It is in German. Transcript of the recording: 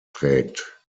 trägt